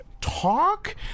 talk